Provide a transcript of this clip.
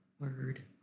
Word